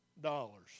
dollars